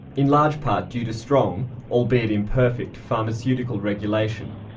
in large part due to strong albeit imperfect pharmaceutical regulation.